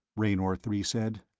raynor three said.